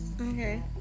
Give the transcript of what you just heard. Okay